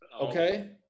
Okay